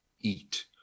eat